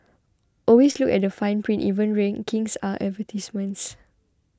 always look at the fine print even rankings are advertisements